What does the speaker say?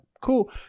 cool